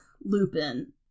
Lupin